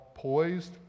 Poised